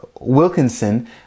Wilkinson